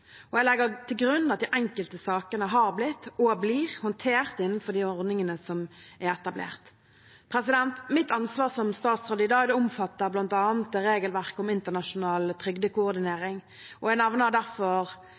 Jeg legger til grunn at de enkelte sakene har blitt – og blir – håndtert innenfor de ordningene som er etablert. Mitt ansvar som statsråd i dag omfatter bl.a. regelverket om internasjonal trygdekoordinering. Jeg nevner derfor